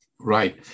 Right